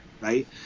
right